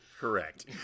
Correct